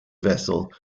vessel